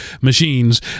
machines